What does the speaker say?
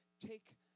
take